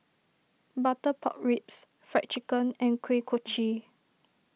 Butter Pork Ribs Fried Chicken and Kuih Kochi